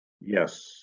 Yes